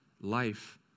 life